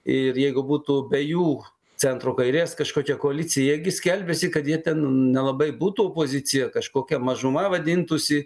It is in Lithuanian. ir jeigu būtų be jų centro kairės kažkokia koalicija jie gi skelbiasi kad jie ten nelabai būtų opozicija kažkokia mažuma vadintųsi